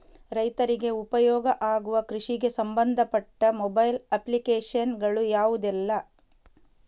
ರೈತರಿಗೆ ಉಪಯೋಗ ಆಗುವ ಕೃಷಿಗೆ ಸಂಬಂಧಪಟ್ಟ ಮೊಬೈಲ್ ಅಪ್ಲಿಕೇಶನ್ ಗಳು ಯಾವುದೆಲ್ಲ?